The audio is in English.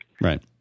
Right